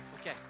Okay